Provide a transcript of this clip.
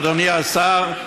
אדוני השר,